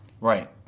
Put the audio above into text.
Right